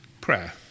prayer